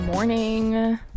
morning